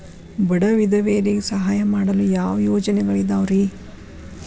ಬಡ ವಿಧವೆಯರಿಗೆ ಸಹಾಯ ಮಾಡಲು ಯಾವ ಯೋಜನೆಗಳಿದಾವ್ರಿ?